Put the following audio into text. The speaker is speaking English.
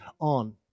on